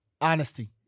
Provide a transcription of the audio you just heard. Honesty